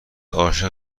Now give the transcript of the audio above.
عاشق